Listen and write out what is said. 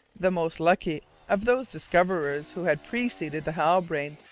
the most lucky of those discoverers who had preceded the halbrane,